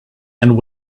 and